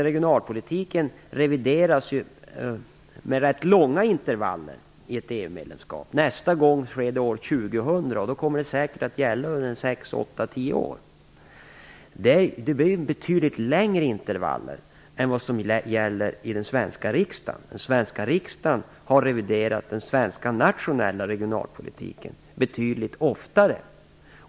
Regionalpolitiken revideras ju med ganska långa intervaller i EU. Nästa gång sker det år 2000. Då kommer det säkert att gälla under sex-tio år. Det är betydligt längre intervaller än vad som gäller i den svenska riksdagen. Den svenska riksdagen har reviderat den nationella regionalpolitiken betydligt oftare.